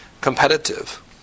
competitive